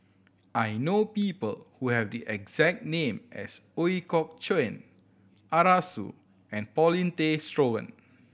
I know people who have the exact name as Ooi Kok Chuen Arasu and Paulin Tay Straughan